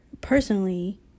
personally